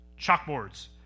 Chalkboards